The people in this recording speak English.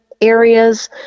areas